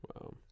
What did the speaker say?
Wow